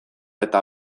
eta